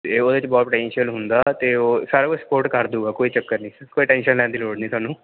ਅਤੇ ਉਹਦੇ 'ਚ ਬਹੁਤ ਪੋਟੈਨਸ਼ੀਅਲ ਹੁੰਦਾ ਅਤੇ ਉਹ ਸਾਰਾ ਕੁਛ ਸਪੋਟ ਕਰ ਦੂੰਗਾ ਕੋਈ ਚੱਕਰ ਨਹੀਂ ਕੋਈ ਟੈਨਸ਼ਨ ਲੈਣ ਦੀ ਲੋੜ ਨਹੀਂ ਤੁਹਾਨੂੰ